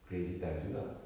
crazy times juga